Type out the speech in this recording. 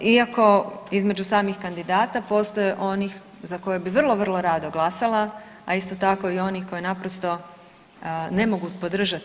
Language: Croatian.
Iako između samih kandidata postoje oni za koje bi vrlo, vrlo rado glasala, a isto tako i onih koje naprosto ne mogu podržati.